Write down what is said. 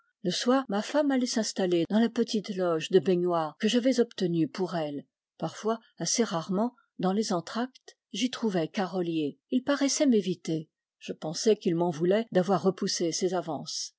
le soir ma femme allait s'installer dans la petite loge de baignoire que j'avais obtenue pour elle parfois assez rarement dans les entr'actes j'y trouvais garolyié il paraissait m'éviter je pensai qu'il m'en voulait d'avoir repoussé ses avances